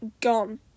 gone